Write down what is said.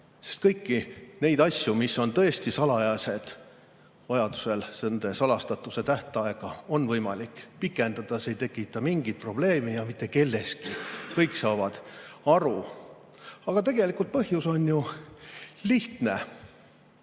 Sest kõiki neid asju, mis on tõesti salajased – vajadusel nende salastatuse tähtaega on võimalik pikendada, see ei tekita mingit probleemi mitte kellelegi. Kõik saavad aru. Aga tegelikult põhjus on ju lihtne.